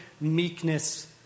meekness